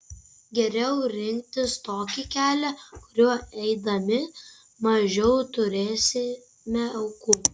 geriau rinktis tokį kelią kuriuo eidami mažiau turėsime aukų